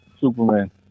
Superman